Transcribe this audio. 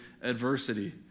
adversity